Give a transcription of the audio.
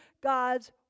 God's